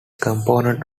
component